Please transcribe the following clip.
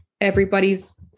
everybody's